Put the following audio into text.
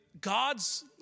God's